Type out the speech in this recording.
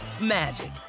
magic